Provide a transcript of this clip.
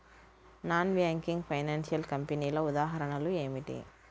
Non banking financial కంపెనీల ఉదాహరణలు ఏమిటి?